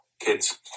kids